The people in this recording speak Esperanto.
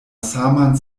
saman